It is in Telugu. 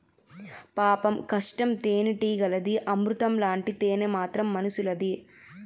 పాపం కష్టం తేనెటీగలది, అమృతం లాంటి తేనె మాత్రం మనుసులది